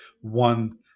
one